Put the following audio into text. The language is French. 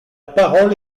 parole